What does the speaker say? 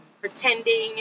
pretending